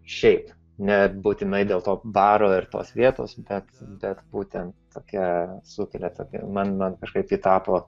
šiaip nebūtinai dėl to baro ir tos vietos bet bet būtent tokia sukelia tokią man man kažkaip tai tapo